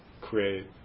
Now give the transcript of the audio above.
create